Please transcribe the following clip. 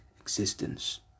existence